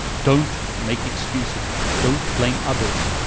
don't make excuses. don't blame others,